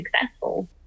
successful